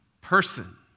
person